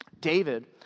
David